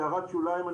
בהערת שוליים,